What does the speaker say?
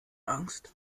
angst